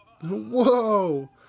Whoa